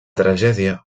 tragèdia